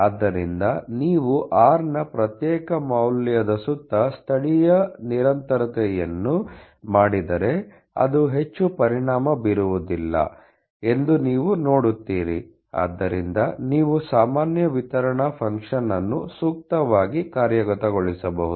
ಆದ್ದರಿಂದ ನೀವು r ನ ಪ್ರತ್ಯೇಕ ಮೌಲ್ಯದ ಸುತ್ತ ಸ್ಥಳೀಯ ನಿರಂತರತೆಯನ್ನು ಮಾಡಿದರೆ ಅದು ಹೆಚ್ಚು ಪರಿಣಾಮ ಬೀರುವುದಿಲ್ಲ ಎಂದು ನೀವು ನೋಡುತ್ತೀರಿ ಇದರಿಂದ ನೀವು ಸಾಮಾನ್ಯ ವಿತರಣಾ ಫಂಕ್ಷನ್ ಅನ್ನು ಸೂಕ್ತವಾಗಿ ಕಾರ್ಯಗತಗೊಳಿಸಬಹುದು